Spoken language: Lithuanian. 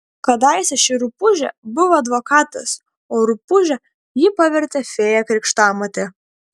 kadaise ši rupūžė buvo advokatas o rupūže jį pavertė fėja krikštamotė